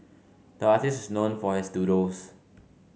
the artist is known for his doodles